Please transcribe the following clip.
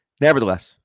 nevertheless